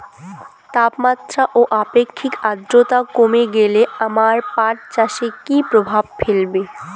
তাপমাত্রা ও আপেক্ষিক আদ্রর্তা কমে গেলে আমার পাট চাষে কী প্রভাব ফেলবে?